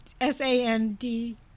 S-A-N-D